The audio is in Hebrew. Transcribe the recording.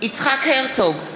יצחק הרצוג,